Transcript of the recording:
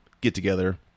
get-together